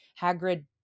Hagrid